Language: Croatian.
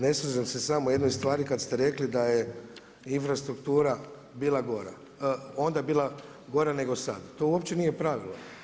Ne slažemo se samo u jednoj stvari kada ste rekli da je infrastruktura bila onda bila gora nego sad, to uopće nije pravilo.